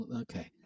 okay